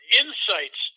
insights